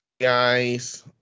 guys